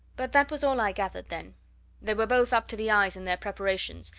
but that was all i gathered then they were both up to the eyes in their preparations,